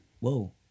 Whoa